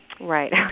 Right